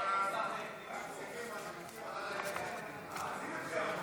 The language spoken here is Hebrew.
הרבנות הראשית לישראל (תיקון מס' 8),